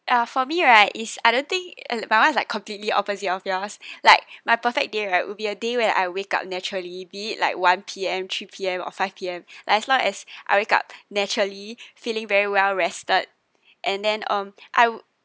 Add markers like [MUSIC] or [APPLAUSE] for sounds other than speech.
uh for me right is I don't think uh mine is like completely opposite of yours [BREATH] like my perfect day right will be a day when I wake up naturally be it like one P_M three P_M or five P_M [BREATH] like as long as I wake up naturally feeling very well rested and then um I